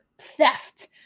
theft